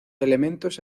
elementos